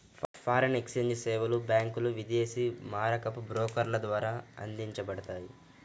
foreign exchange సేవలు బ్యాంకులు, విదేశీ మారకపు బ్రోకర్ల ద్వారా అందించబడతాయి